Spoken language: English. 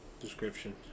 Description